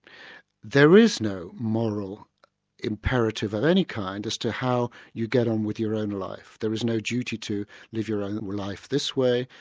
there is no moral imperative of any kind as to how you get on with your own life, there is no duty to live your own life this way,